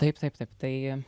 taip taip taip tai